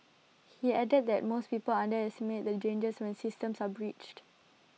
he added that most people underestimate the dangers when systems are breached